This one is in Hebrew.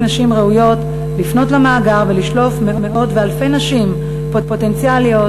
נשים ראויות לפנות למאגר ולשלוף מאות ואלפי נשים פוטנציאליות,